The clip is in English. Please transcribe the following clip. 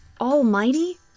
almighty